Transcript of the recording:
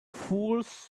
fools